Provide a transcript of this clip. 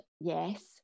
yes